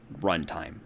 runtime